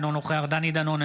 אינו נוכח דני דנון,